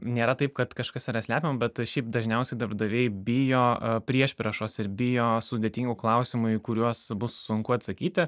nėra taip kad kažkas yra slepiama bet šiaip dažniausiai darbdaviai bijo priešpriešos ir bijo sudėtingų klausimų į kuriuos bus sunku atsakyti